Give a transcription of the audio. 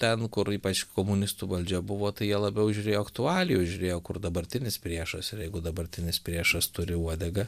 ten kur ypač komunistų valdžia buvo tai jie labiau žiūrėjo aktualijų žiūrėjo kur dabartinis priešas ir jeigu dabartinis priešas turi uodegą